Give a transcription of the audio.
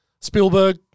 Spielberg